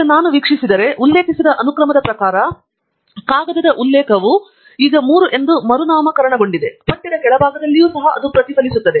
ಈಗ ನಾನು ವೀಕ್ಷಿಸಿದರೆ ನಾವು ಉಲ್ಲೇಖಿಸಿದ ಅನುಕ್ರಮದ ಪ್ರಕಾರ ಅಜೀಜ್ ಕಾಗದದ ಉಲ್ಲೇಖವು ಈಗ 3 ಎಂದು ಮರುನಾಮಕರಣಗೊಂಡಿದೆ ಮತ್ತು ಪಠ್ಯದ ಕೆಳಭಾಗದಲ್ಲಿಯೂ ಸಹ ಅದು ಪ್ರತಿಫಲಿಸುತ್ತದೆ